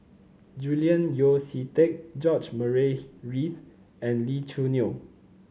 Julian Yeo See Teck George Murray Reith and Lee Choo Neo